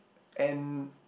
and